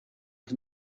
can